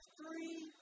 three